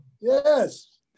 Yes